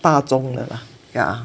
大种的啦 yeah